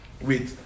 wait